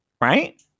right